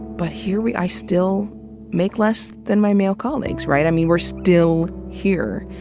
but here we i still make less than my male colleagues. right? i mean, we're still here.